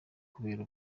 kubera